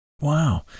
Wow